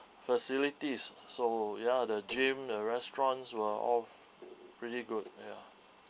facilities so ya the gym the restaurants were all really good ya